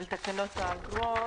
תקנות האגרות,